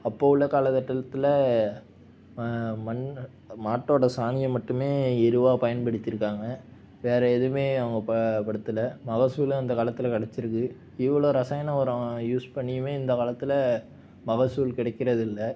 அப்போது உள்ள காலகட்டலத்துல மண் மாட்டோடய சாணியை மட்டுமே எருவாக பயன்படுத்தியிருக்காங்க வேற எதுவுமே அவங்க பா படுத்தலை மகசூலும் அந்த காலத்தில் வெளஞ்சிருக்கு இவ்வளோ ரசாயன ஒரம் யூஸ் பண்ணியுமே இந்த காலத்தில் மகசூல் கிடைக்கிறதில்லை